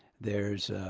there's